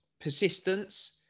persistence